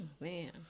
man